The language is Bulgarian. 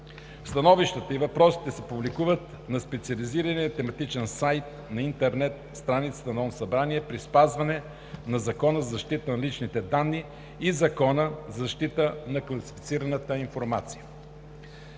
Становищата и въпросите се публикуват на специализирания тематичен сайт на интернет страницата на Народното събрание при спазване на Закона за защита на личните данни и Закона за защита на класифицираната информация.